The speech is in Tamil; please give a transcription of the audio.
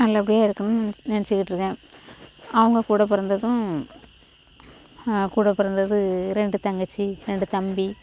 நல்லபடியாக இருக்கணும்னு நினைச்சுக்கிட்டுருக்கேன் அவங்க கூட பிறந்ததும் கூட பிறந்தது ரெண்டு தங்கச்சி ரெண்டு தம்பி